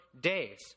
days